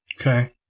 Okay